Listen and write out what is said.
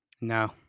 No